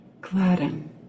Gladden